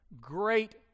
Great